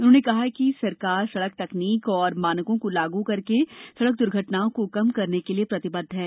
उन्होंने कहा कि सरकार सड़क तकनीक और मानकों को लागू करके सड़क दुर्घटनाओं को कम करने के लिए प्रतिबद्व हैं